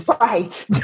Right